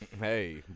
Hey